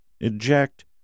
Eject